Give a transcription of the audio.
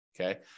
okay